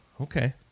Okay